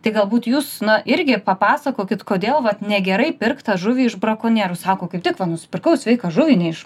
tai galbūt jūs na irgi papasakokit kodėl vat negerai pirkt tą žuvį iš brakonierių sako kaip tik va nusipirkau sveiką žuvį ne iš